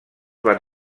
van